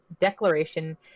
declaration